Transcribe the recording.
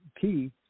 key